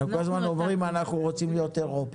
אנחנו כל הזמן אומרים שאנחנו רוצים להיות אירופה.